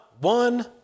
one